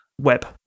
web